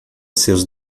seus